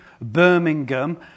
Birmingham